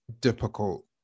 difficult